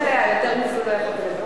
שקיפות מלאה, יותר מזה לא יכולת לבקש.